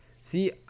See